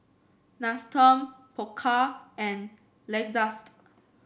Nestum Pokka and Lexus